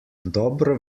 dobro